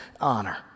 honor